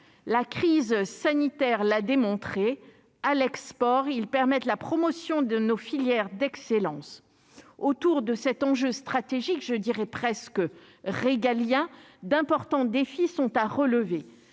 la crise sanitaire l'a démontré à l'export, ils permettent la promotion de nos filières d'excellence autour de cet enjeu stratégique, je dirais presque régaliens d'importants défis sont à relever,